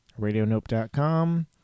radionope.com